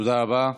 תודה רבה.